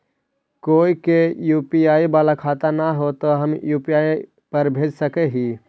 कोय के यु.पी.आई बाला खाता न है तो हम यु.पी.आई पर भेज सक ही?